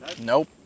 Nope